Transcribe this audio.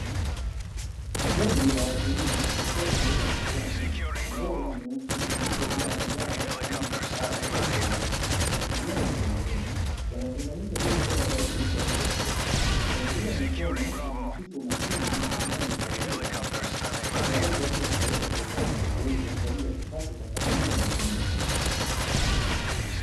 Kundi la wakulima likiwa limebeba kichwani ndoo nyeusi zilizojaa zao aina ya kahawa zilizoiva; za kijani na nyekundu. Wanatenganisha zile bora zaidi kwa ajili ya soko. Kazi hii ya mikono inaakisi umakini na thamani ya zao hili la biashara. Tayari kwa ajili ya kupelekwa sokoni na kuuzwa kwa ajili ya kipato cha familia na jamii.